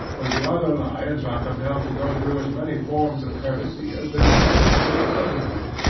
where the other lions are compelled to go through as many forms of courtesy as they chance to be acquainted with,